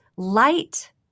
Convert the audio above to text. light